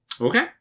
Okay